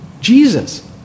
Jesus